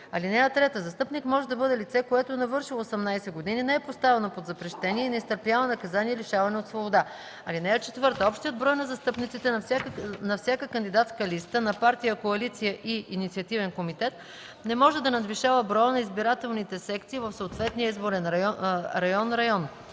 услуги. (3) Застъпник може да бъде лице, което е навършило 18 години, не е поставено под запрещение и не изтърпява наказание лишаване от свобода. (4) Общият брой на застъпниците на всяка кандидатска листа на партия, коалиция и инициативен комитет не може да надвишава броя на избирателните секции в съответния изборен район (район).